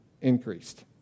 increased